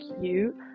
cute